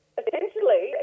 essentially